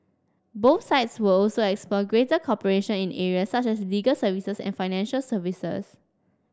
both sides will also explore greater cooperation in areas such as legal services and financial services